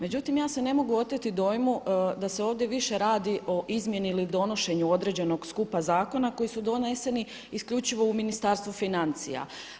Međutim, ja se ne mogu oteti dojmu da se ovdje više radi o izmjeni ili donošenju određenog skupa zakona koji su doneseni isključivo u Ministarstvu financija.